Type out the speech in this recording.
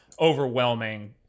overwhelming